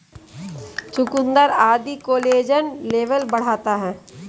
चुकुन्दर आदि collagen level बढ़ाता है